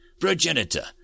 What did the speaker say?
Progenitor